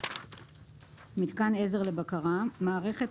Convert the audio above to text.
"מיתקן עזר לבקרה" מערכת,